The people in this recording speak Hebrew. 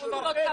למטוס בקפסולות?